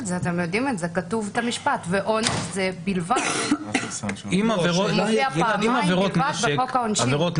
אז בלי להביע שום עמדה על